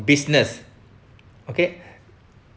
business okay